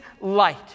light